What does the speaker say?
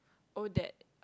oh that